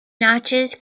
notches